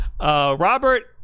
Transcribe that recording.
Robert